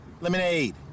Lemonade